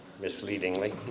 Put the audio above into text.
misleadingly